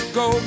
go